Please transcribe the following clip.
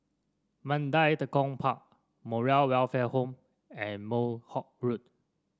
Mandai Tekong Park Moral Welfare Home and Northolt Road